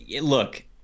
Look